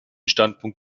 standpunkt